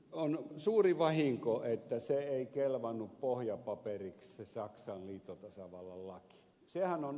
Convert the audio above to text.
on suuri vahinko että ei kelvannut pohjapaperiksi se saksan liittotasavallan laki